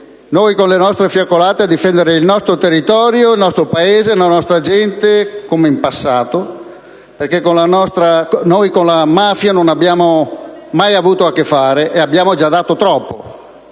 noi, con le nostre fiaccolate, a difendere il nostro territorio, il nostro Paese, la nostra gente, come già accaduto in passato, perché noi con la mafia non abbiamo mai avuto a che fare e abbiamo già dato troppo.